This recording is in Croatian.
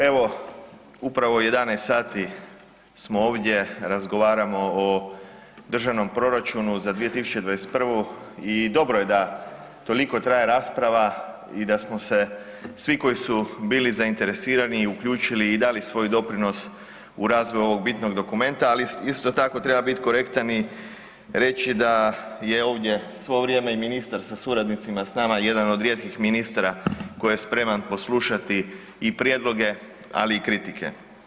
Evo, upravo 11 sati smo ovdje, razgovaramo o Državnom proračunu za 2021. i dobro je da toliko traje rasprava i da smo se svi koji su bili zainteresirani i uključili i dali svoj doprinos u razvoju ovog bitnog dokumenta, ali isto tako, treba biti korektan i reći da je ovdje svo vrijeme i ministar sa suradnicima s nama, jedan od rijetkih ministara koji je spreman poslušati i prijedloge, ali i kritike.